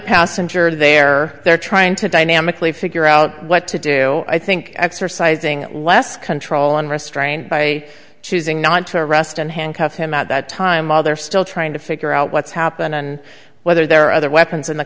passenger there they're trying to dynamically figure out what to do i think exercising less control and restraint by choosing not to arrest and handcuff him at that time while they're still trying to figure out what's happened and whether there are other weapons in the